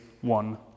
one